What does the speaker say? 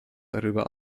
darüber